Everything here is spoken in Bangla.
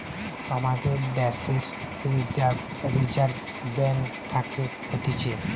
আমাদের দ্যাশের রিজার্ভ ব্যাঙ্ক থাকে হতিছে